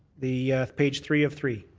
the page three of three.